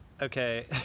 Okay